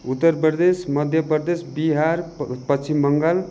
Uttar Pradesh Madhya Pradesh Bihar Paschim Bengal